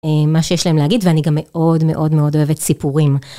מה שיש להם להגיד ואני גם מאוד מאוד מאוד אוהבת סיפורים.